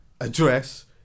address